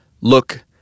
Look